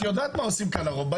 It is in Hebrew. את יודעת מה עושים כאן הרוב,